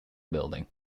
building